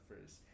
first